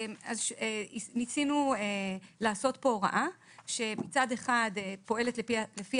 ניסינו לעשות פה הוראה שמצד אחד פועלת לפי